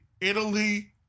Italy